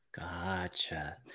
Gotcha